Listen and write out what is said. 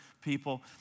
people